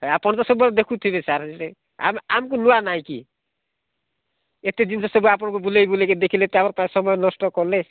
ଏ ଆପଣ ତ ସବୁବେଳେ ଦେଖୁଥିବେ ସାର୍ ଆମକୁ ନୂଆ ନାହିଁ କି ଏତେ ଜିନିଷ ସବୁ ଆପଣଙ୍କୁ ବୁଲାଇ ବୁଲାଇ କି ଦେଖାଇଲେ ତାହା ପ୍ରାୟ ସମୟ ନଷ୍ଟ କଲେ